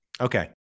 Okay